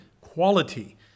quality